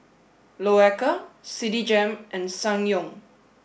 Loacker Citigem and Ssangyong